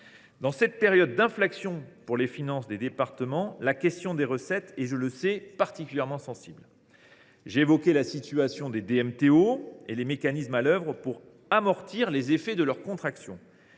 Dans cette période d’inflexion pour les finances des départements, la question des recettes est, je le sais, particulièrement sensible. J’ai évoqué la situation des DMTO et les mécanismes à l’œuvre pour amortir les effets de leur contraction.